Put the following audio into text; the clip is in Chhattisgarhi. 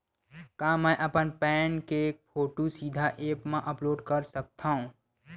का मैं अपन पैन के फोटू सीधा ऐप मा अपलोड कर सकथव?